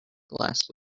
last